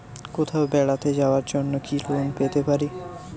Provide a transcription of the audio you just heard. কোথাও বেড়াতে যাওয়ার জন্য কি লোন পেতে পারি?